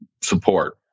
support